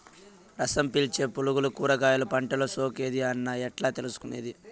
రసం పీల్చే పులుగులు కూరగాయలు పంటలో సోకింది అని ఎట్లా తెలుసుకునేది?